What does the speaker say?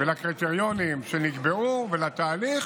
לקריטריונים שנקבעו ולתהליך,